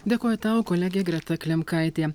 dėkoju tau kolegė greta klimkaitė